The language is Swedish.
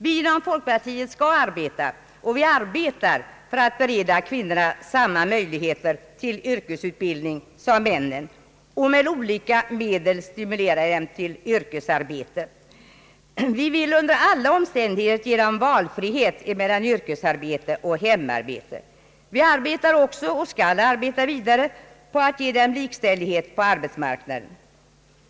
Vi inom folkpartiet skall arbeta och vi arbetar för att bereda kvinnorna samma möjlighet till yrkesutbildning som männen och med olika medel stimulera dem till yrkesarbete. Vi vill under alla omständigheter ge dem valfrihet mellan yrkesarbete och hemarbete. Vi arbetar också och skall arbeta vidare för att ge dem likställighet på arbetsmarknaden.